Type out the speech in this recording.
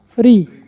Free